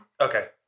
Okay